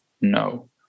No